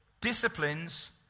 disciplines